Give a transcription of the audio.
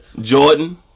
Jordan